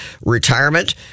retirement